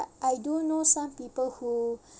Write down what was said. I do know some people who